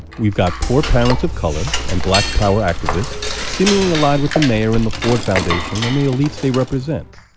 we've got poor parents of color and black power activists seemingly aligned with the mayor and the ford foundation and the elites they represent.